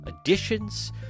additions